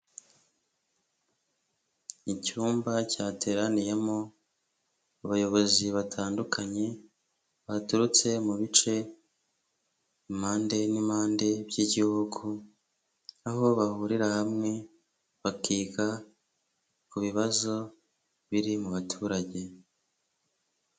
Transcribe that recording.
Icyumba cyateraniyemo abayobozi batandukanye, baturutse mu bice impande n'impande by'igihugu, aho bahurira hamwe bakiga ku bibazo biri mu baturage.